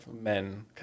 men